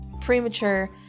premature